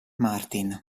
martin